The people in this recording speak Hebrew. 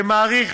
שמאריך